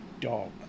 dog